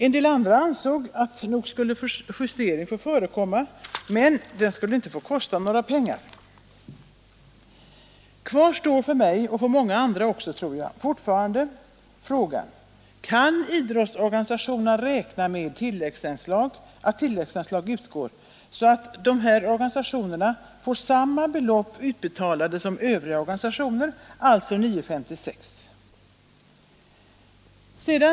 En del andra ansåg att en justering skulle kunna få förekomma men inte kosta några pengar. ör mig, och för många andra också tror jag, kvarstår fortfarande frågan: Kan idrottsorganisationerna räkna med att tilläggsanslag utgår så att de får samma belopp per sammankomst som övriga organisationer, dvs. 9:56 kronor?